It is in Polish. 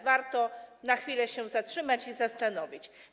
Warto na chwilę się tutaj zatrzymać i zastanowić.